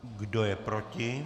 Kdo je proti?